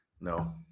No